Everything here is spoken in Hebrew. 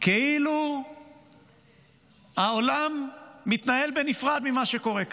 כאילו העולם מתנהל בנפרד ממה שקורה כאן.